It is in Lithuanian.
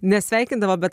ne sveikindavo bet